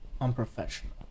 unprofessional